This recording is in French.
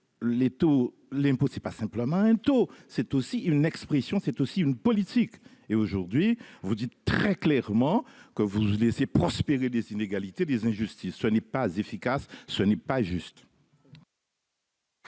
l'étau l'impôt c'est pas simplement un taux, c'est aussi une expression, c'est aussi une politique et aujourd'hui vous dites très clairement que vous laisser prospérer des inégalités, des injustices, soit n'est pas efficace, ce n'est pas juste.